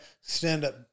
stand-up